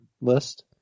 list